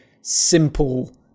simple